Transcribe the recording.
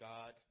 God